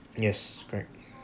yes correct